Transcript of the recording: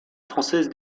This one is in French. française